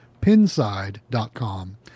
pinside.com